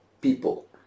people